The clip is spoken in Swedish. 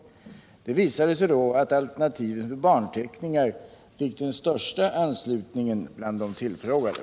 Det Nr 98 visade sig då att alternativet med barnteckningar fick den största anslut Torsdagen den ningen bland de tillfrågade.